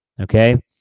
Okay